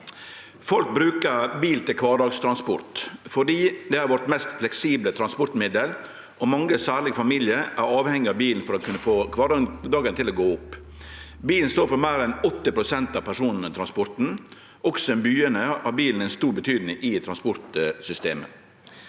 Folk brukar bil til kvardagstransport fordi det er vårt mest fleksible transportmiddel. Mange, særleg familiar, er avhengige av bilen for å kunne få kvardagen til å gå opp. Bilen står for meir enn 80 pst. av persontransporten. Også i byane har bilen stor betydning i transportsystemet.